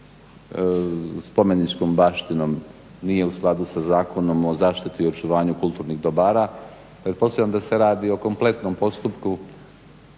spomeničkom baštinom, nije u skladu sa Zakonom o zaštiti i očuvanju kulturnih dobara. Pretpostavljam da se radi o kompletnom postupku.